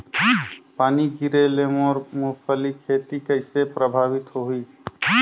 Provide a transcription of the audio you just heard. पानी गिरे ले मोर मुंगफली खेती कइसे प्रभावित होही?